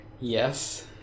Yes